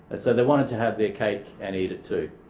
and so they wanted to have their cake and eat it too.